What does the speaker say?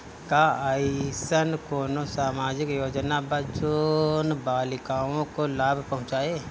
का अइसन कोनो सामाजिक योजना बा जोन बालिकाओं को लाभ पहुँचाए?